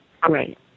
Great